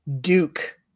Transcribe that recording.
Duke